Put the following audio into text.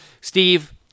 Steve